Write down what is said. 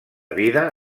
vida